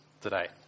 today